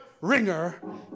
Ringer